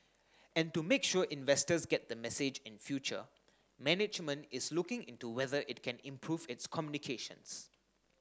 and to make sure investors get the message in future management is looking into whether it can improve its communications